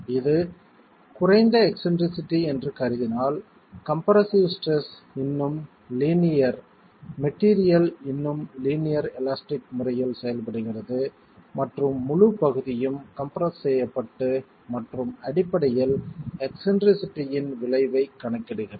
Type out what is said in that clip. இது குறைந்த எக்ஸ்ன்ட்ரிசிட்டி என்று கருதினால் கம்ப்ரசிவ் ஸ்ட்ரெஸ் இன்னும் லீனியர் மெட்டீரியல் இன்னும் லீனியர் எலாஸ்டிக் முறையில் செயல்படுகிறது மற்றும் முழு பகுதியும் கம்பிரஸ் செய்யப்பட்டு மற்றும் அடிப்படையில் எக்ஸ்ன்ட்ரிசிட்டி இன் விளைவைக் கணக்கிடுகிறது